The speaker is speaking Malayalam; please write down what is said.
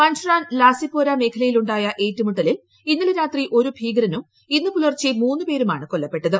പഞ്ച്റാൻ ലാസിപോര മേഖലയിൽ ഉണ്ടായ ഏറ്റുമുട്ടലിൽ ഇന്നലെ രാത്രി ഒരു ഭീകരനും ഇന്ന് പുലർച്ചെ മൂന്നുപേരുമാണ് കൊല്ലപ്പെട്ടത്